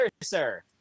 sir